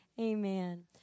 Amen